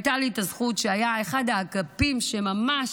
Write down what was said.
שהייתה לי את הזכות שאחד האגפים שממש